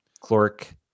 Clark